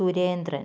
Surendran